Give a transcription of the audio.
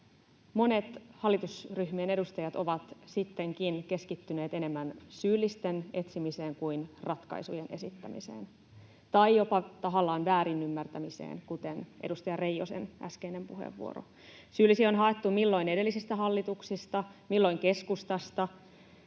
monet hallitusryhmien edustajat ovat sittenkin keskittyneet enemmän syyllisten etsimiseen kuin ratkaisujen esittämiseen — tai jopa tahallaan väärinymmärtämiseen, kuten edustaja Reijonen äskeisessä puheenvuorossa. Syyllisiä on haettu milloin edellisistä hallituksista, milloin keskustasta,